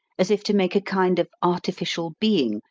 as if to make a kind of artificial being,